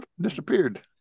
Disappeared